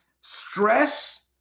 stress